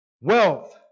wealth